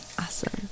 Awesome